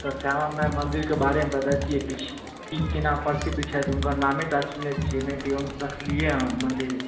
तऽ श्यामा माइ मन्दिरके बारे मे बतैबतियै किछु कि केना प्रसिद्ध छथि हुनकर नामेटा सुनने छियै नहि कि हम देखलियै हँ मन्दिर